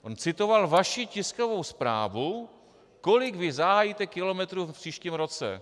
On citoval vaši tiskovou zprávu, kolik vy zahájíte kilometrů v příštím roce.